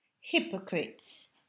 hypocrites